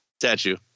statue